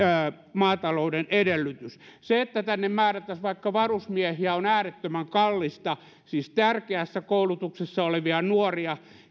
maatalouden edellytys se että tänne määrättäisiin vaikka varusmiehiä on äärettömän kallista siis tärkeässä koulutuksessa olevia nuoria